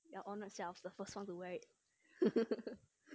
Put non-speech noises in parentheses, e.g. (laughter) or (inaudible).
ya honoured self first one to wear it (laughs)